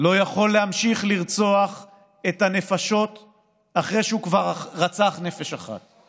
לא יכול להמשיך לרצוח את הנפשות אחרי שהוא כבר רצח נפש אחת.